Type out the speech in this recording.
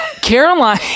caroline